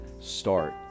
start